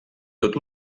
tot